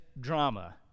drama